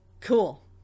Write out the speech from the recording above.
Cool